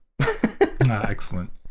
excellent